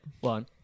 one